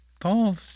Paul